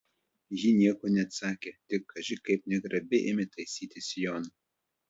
ji nieko neatsakė tik kaži kaip negrabiai ėmė taisytis sijoną